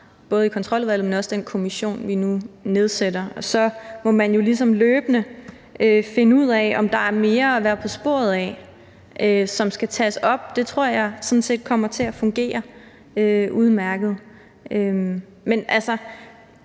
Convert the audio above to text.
har i Kontroludvalget, men også til den kommission, vi nu nedsætter. Så må man jo ligesom løbende finde ud af, om der er mere at være på sporet af, som skal tages op. Det tror jeg sådan set kommer til at fungere udmærket.